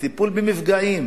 בטיפול במפגעים,